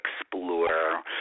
explore